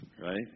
right